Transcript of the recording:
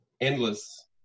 endless